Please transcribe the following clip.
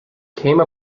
came